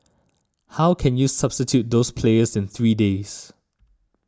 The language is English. how can you substitute those players in three days